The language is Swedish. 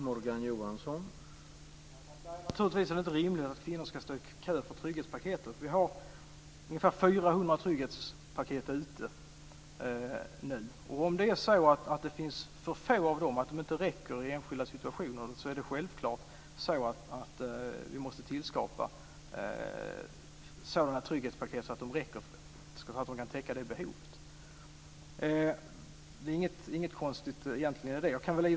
Herr talman! Naturligtvis är det inte rimligt att kvinnor ska stå i kö för att få trygghetspaketet. Vi har ungefär 400 trygghetspaket ute. Om de är för få för att räcka för enskilda situationer måste vi självklart se till att så många tillskapas att de räcker för att täcka behovet. Det är inget konstigt i det.